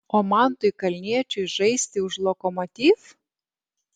o mantui kalniečiui žaisti už lokomotiv